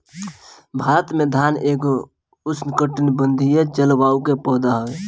भारत में धान एगो उष्णकटिबंधीय जलवायु के पौधा हवे